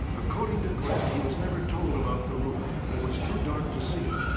according to grant, he was never told about the room and it was too dark to see it.